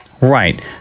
Right